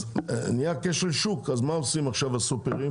אז נהיה כשל שוק, אז מה עושים הסופרים?